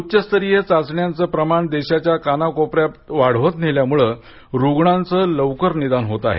उच्चस्तरीय चाचण्यांचं प्रमाण देशाच्या कानाकोपऱ्यातवाढवत नेल्यामुळे रुग्णांचं लवकर निदान होत आहे